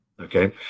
Okay